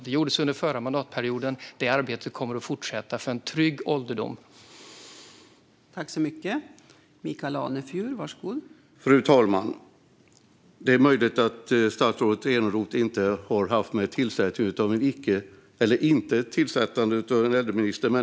Det gjordes under den förra mandatperioden, och arbetet för en trygg ålderdom kommer att fortsätta.